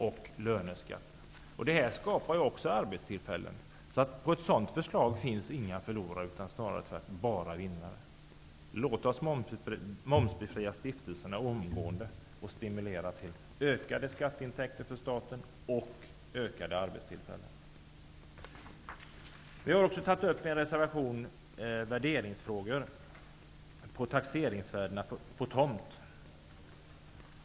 Också detta skapar arbetstillfällen. Med ett sådant förslag finns inga förlorare. Snarare tvärtom. Det finns bara vinnare. Låt oss momsbefria stiftelserna omgående och stimulera till ökade skatteintäkter för staten och fler arbetstillfällen. Vi har i en reservation tagit upp värderingsfrågor och taxeringsvärdena på tomter.